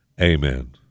Amen